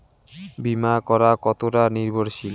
বীমা করা কতোটা নির্ভরশীল?